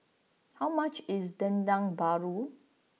how much is Dendeng Paru